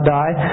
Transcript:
die